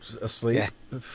asleep